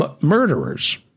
murderers